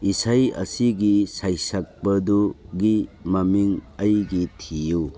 ꯏꯁꯩ ꯑꯁꯤꯒꯤ ꯁꯩꯁꯛꯄꯗꯨꯒꯤ ꯃꯃꯤꯡ ꯑꯩꯒꯤ ꯊꯤꯌꯨ